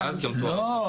לא,